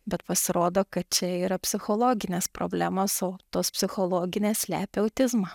bet pasirodo kad čia yra psichologinės problemos o tos psichologinės slepia autizmą